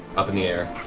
up in the air.